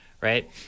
right